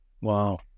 Wow